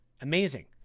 amazing